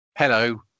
Hello